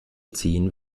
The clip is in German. ziehen